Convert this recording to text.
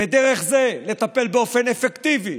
ודרך זה לטפל באופן אפקטיבי